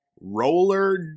Roller